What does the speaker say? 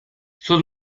sus